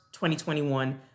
2021